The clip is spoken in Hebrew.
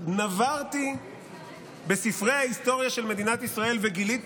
נברתי בספרי ההיסטוריה של מדינת ישראל וגיליתי